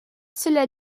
cela